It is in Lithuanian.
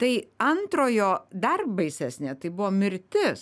tai antrojo dar baisesnė tai buvo mirtis